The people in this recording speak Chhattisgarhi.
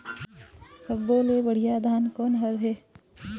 सब्बो ले बढ़िया धान कोन हर हे?